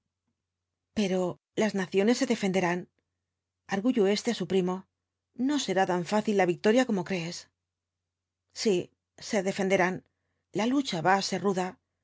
pero las naciones se defenderán argüyó éste á su primo no será tan fácil la victoria como crees sí se defenderán la lucha va á ser ruda